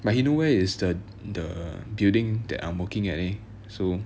but he know where is the the building that I'm working at leh so